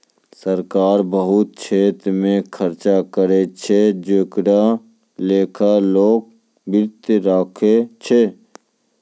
सरकार बहुत छेत्र मे खर्चा करै छै जेकरो लेखा लोक वित्त राखै छै